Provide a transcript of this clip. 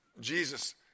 Jesus